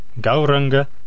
Gauranga